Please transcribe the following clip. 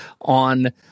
on